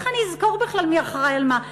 איך אני אזכור בכלל מי אחראי למה?